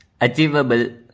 achievable